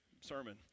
sermon